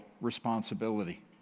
responsibility